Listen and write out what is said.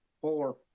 Four